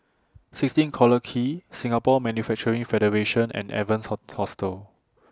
sixteen Collyer Quay Singapore Manufacturing Federation and Evans Hostel